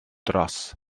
dros